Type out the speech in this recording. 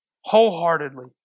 wholeheartedly